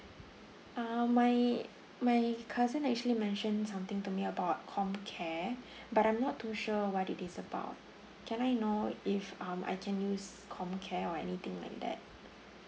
um my my cousin actually mentioned something to me about comcare but I'm not too sure what it is about can I know if um I can use comcare or anything like that